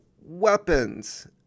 weapons